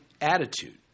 attitude